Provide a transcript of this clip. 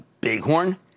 bighorn